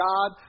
God